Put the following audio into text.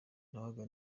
nabaga